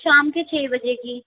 शाम के छः बजे की